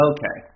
Okay